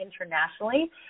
internationally